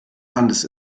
landes